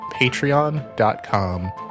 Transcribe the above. patreon.com